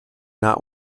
not